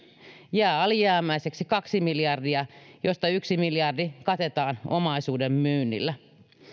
jää alijäämäiseksi kaksi miljardia joista yksi miljardi katetaan omaisuuden myynnillä